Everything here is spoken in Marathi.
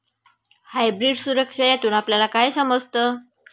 हायब्रीड सुरक्षा यातून आपल्याला काय समजतं?